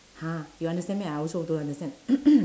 !huh! you understand me I also don't understand